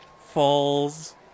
falls